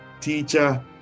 teacher